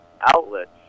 outlets